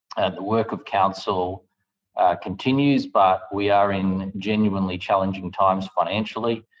and the work of council continues, but we are in genuinely challenging times financially,